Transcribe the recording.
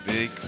Big